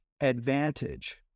advantage